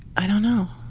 i don't know.